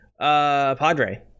Padre